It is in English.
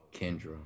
Kendra